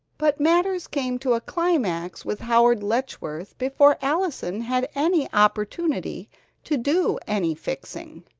but matters came to a climax with howard letchworth before allison had any opportunity to do any fixing.